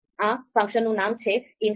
આ ફંક્શનનું નામ છે 'install